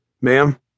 Ma'am